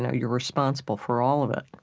and you're responsible for all of it.